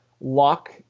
lock